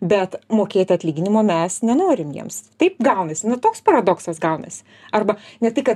bet mokėti atlyginimo mes nenorim jiems taip gaunasi nu toks paradoksas gaunasi arba ne tai kad